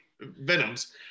venoms